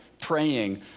praying